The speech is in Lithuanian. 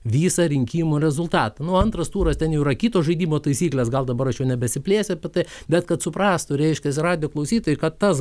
visą rinkimų rezultatą nu antras turas ten jau yra kito žaidimo taisykles gal dabar aš jau nebesiplėsiu apie tai bet kad suprastų reiškiasi radijo klausytojai kad tas